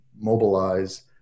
mobilize